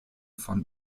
fand